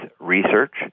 research